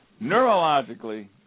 neurologically